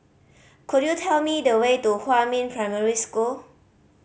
could you tell me the way to Huamin Primary School